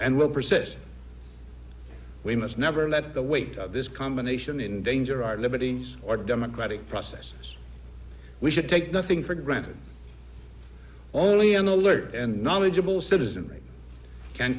persist we must never let the weight of this combination in danger our liberties or democratic process we should take nothing for granted only an alert and knowledgeable citizenry can